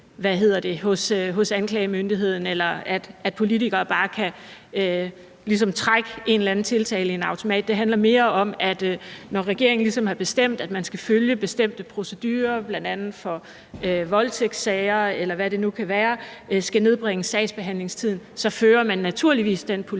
hos anklagemyndigheden, eller at politikere bare kan trække en eller anden tiltale i en automat. Det handler mere om, at når regeringen ligesom har bestemt, at man skal følge bestemte procedurer, bl.a. i voldtægtssager, eller hvad det nu kan være, og at man skal nedbringe sagsbehandlingstiden, så fører man naturligvis den politik.